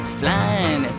flying